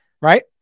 Right